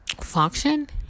function